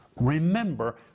remember